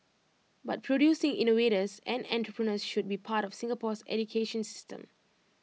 but producing innovators and entrepreneurs should be part of Singapore's education system